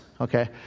Okay